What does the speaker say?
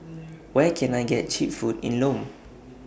Where Can I get Cheap Food in Lome